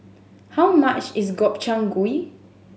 how much is Gobchang Gui